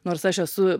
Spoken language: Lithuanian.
nors aš esu